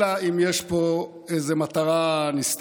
אלא אם יש פה איזו מטרה נסתרת,